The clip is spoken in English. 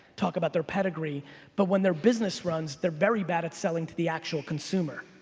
talk about their pedigree but when their business runs, they're very bad at selling to the actual consumer.